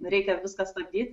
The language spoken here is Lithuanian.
reikia viską statyt